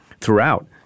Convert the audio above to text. Throughout